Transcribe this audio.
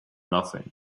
nothing